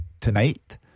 tonight